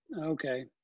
Okay